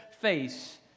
face